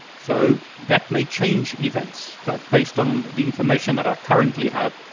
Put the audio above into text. so, that may change events, but based on the information that i currently have,